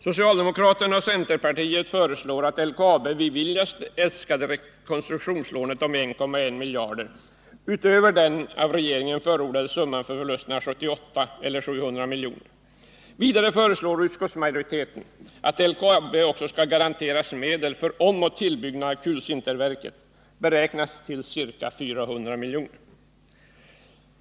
Socialdemokraterna och centerpartisterna föreslår att LKAB beviljas det äskade rekonstruktionslånet på 1,1 miljarder utöver den av regeringen förordade summan för förlusten 1978, 700 miljoner. Vidare föreslår utskottsmajoriteten att LKAB även skall garanteras medel för omoch tillbyggnad av kulsinterverket, beräknad till ca 400 miljoner.